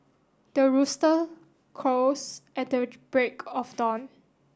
the rooster crows at the break of dawn